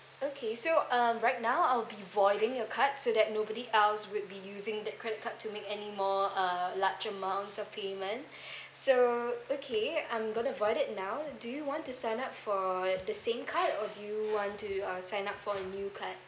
okay so um right now I'll be voiding your card so that nobody else would be using that credit card to make anymore uh large amounts of payment so okay I'm going to void it now do you want to sign up for the same card or do you want to uh sign up for a new card